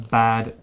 bad